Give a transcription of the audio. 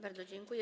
Bardzo dziękuję.